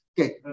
Okay